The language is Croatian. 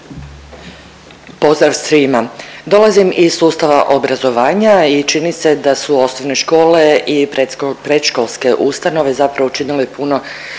Pozdrav svima. Dolazim iz sustava obrazovanja i čini se da su osnovne škole i predškolske ustanove učinile puno